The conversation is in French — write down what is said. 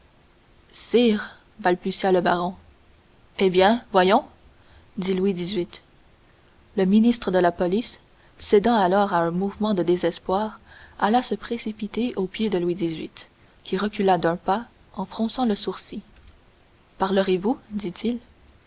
sire balbutia le baron eh bien voyons dit louis xviii le ministre de la police cédant alors à un mouvement de désespoir alla se précipiter aux pieds de louis xviii qui recula d'un pas en fronçant le sourcil parlerez vous dit-il